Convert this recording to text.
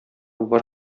бар